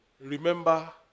Remember